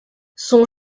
son